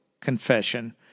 confession